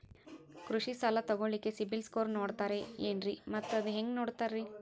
ಕೃಷಿ ಸಾಲ ತಗೋಳಿಕ್ಕೆ ಸಿಬಿಲ್ ಸ್ಕೋರ್ ನೋಡ್ತಾರೆ ಏನ್ರಿ ಮತ್ತ ಅದು ಹೆಂಗೆ ನೋಡ್ತಾರೇ?